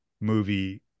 movie